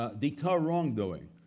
ah deter wrongdoing.